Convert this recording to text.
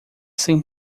sem